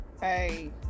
Hey